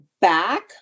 back